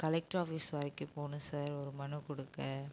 collector office வரைக்கும் போகணும் sir ஒரு மனு கொடுக்க